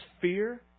fear